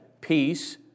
peace